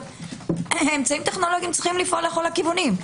אמצעים טכנולוגיים צריכים לפעול לכל הכיוונים.